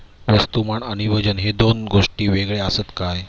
वस्तुमान आणि वजन हे दोन गोष्टी वेगळे आसत काय?